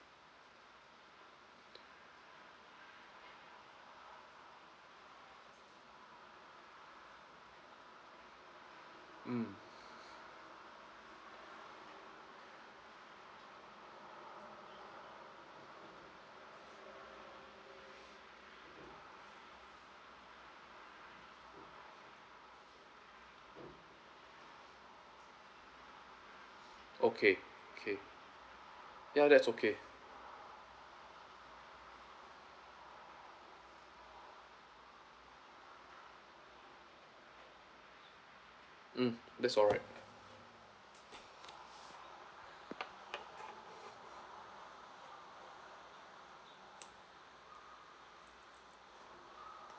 mm okay okay ya that's okay mm that's alright